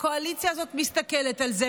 והקואליציה הזאת מסתכלת על זה,